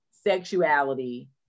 sexuality